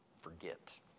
forget